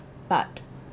but